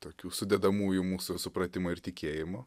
tokių sudedamųjų mūsų supratimo ir tikėjimo